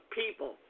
people